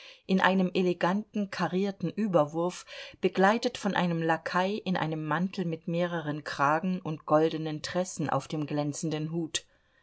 in einem eleganten karierten überwurf begleitet von einem lakai in einem mantel mit mehreren kragen und goldenen tressen auf dem glänzenden hut